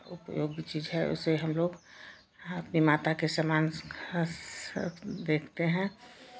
उपयोगी चीज़ है उसे हमलोग अपनी माता के समान देखते हैं